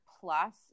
plus